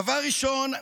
דבר ראשון,